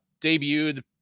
debuted